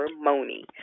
Moni